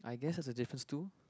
I guess that's a difference too